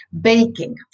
baking